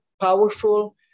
powerful